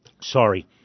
Sorry